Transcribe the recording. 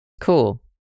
cool